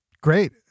great